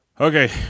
Okay